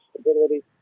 stability